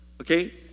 okay